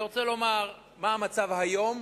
אני רוצה לומר מה המצב היום